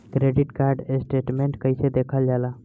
Credit card statement कइसे देखल जाला?